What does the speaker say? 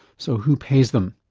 so who pays them?